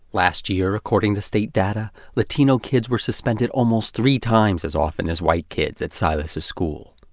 last year, according to state data, latino kids were suspended almost three times as often as white kids at silas' school.